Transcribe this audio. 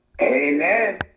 amen